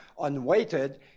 Unweighted